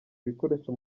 ibikoresho